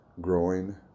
growing